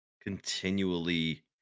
Continually